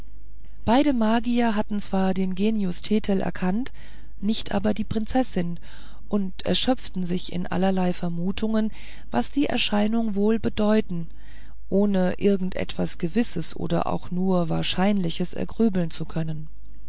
beide magier hatten zwar den genius thetel erkannt nicht aber die prinzessin und erschöpften sich in allerlei vermutungen was die erscheinung wohl zu bedeuten ohne irgend etwas gewisses oder auch nur wahrscheinliches ergrübeln zu können